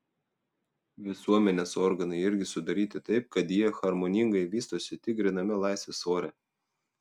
visuomenės organai irgi sudaryti taip kad jie harmoningai vystosi tik gryname laisvės ore